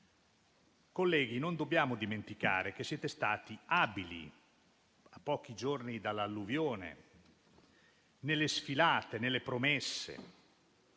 Colleghi, non dobbiamo dimenticare che siete stati abili, a pochi giorni dall'alluvione, nelle sfilate, nelle promesse.